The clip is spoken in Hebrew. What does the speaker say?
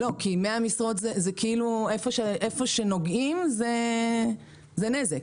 כי נראה שאיפה שנוגעים, זה נזק.